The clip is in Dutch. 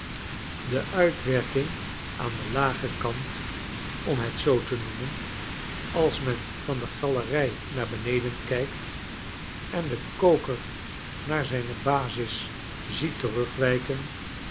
de uitwerking aan den lag en kant om het zoo te noemen als men van de galerij naar beneden kijkt en den koker naar zijne basis ziet terugwijken